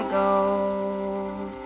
gold